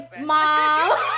mom